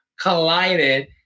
collided